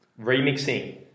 remixing